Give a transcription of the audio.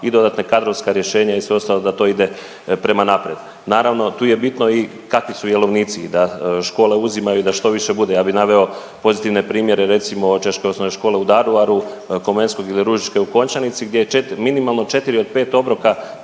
i dodatna kadrovska rješenja i sve ostalo da to ide prema naprijed. Naravno, tu je bitno i kakvi su jelovnici i da škole uzimaju, da što više bude. Ja bih naveo pozitivne primjere, recimo, Češke osnovne škole u Daruvaru Komenskog ili Ružičke u Končanici gdje je 4, minimalno 4 od 5 obroka